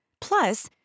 Plus